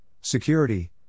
Security